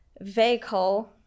vehicle